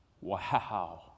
Wow